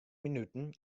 minuten